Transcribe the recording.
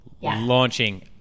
launching